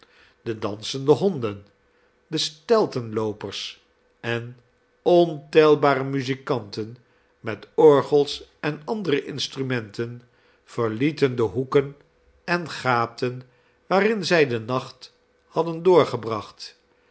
de dansende honden de steltenloopers en ontelbare muzikanten met orgels en andere instrumenten verlieten de hoeken en gaten waarin zij den nacht hadden doorgebracht